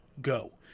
go